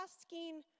asking